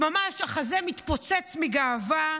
החזה ממש מתפוצץ מגאווה.